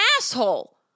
asshole